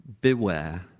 beware